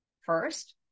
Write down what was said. first